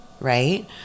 right